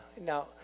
Now